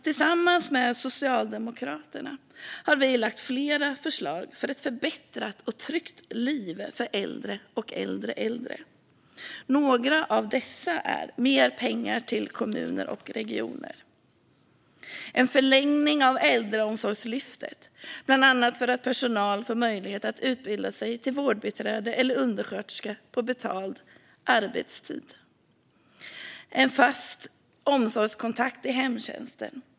Tillsammans med Socialdemokraterna har vi lagt fram flera förslag för ett förbättrat och tryggt liv för äldre och äldre äldre. Några av dessa är mer pengar till kommuner och regioner och en förlängning av Äldreomsorgslyftet, bland annat för att personal ska få möjlighet att utbilda sig till vårdbiträde eller undersköterska på betald arbetstid, samt en fast omsorgskontakt i hemtjänsten.